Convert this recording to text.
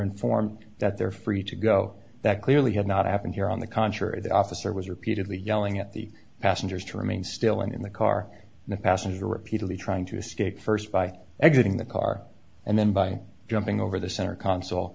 informed that they're free to go that clearly have not happened here on the contrary the officer was repeatedly yelling at the passengers to remain still in the car and the passenger repeatedly trying to escape first by exiting the car and then by jumping over the center console